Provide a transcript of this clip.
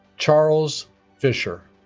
charles fisher